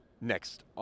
next